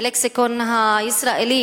בלקסיקון הישראלי,